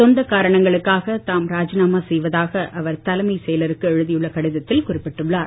சொந்த காரணங்களுக்காக தாம் ராஜிநாமா செய்வதாக அவர் தலைமைச் செயலருக்கு எழுதியுள்ள கடிதத்தில் குறிப்பிட்டுள்ளார்